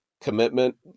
commitment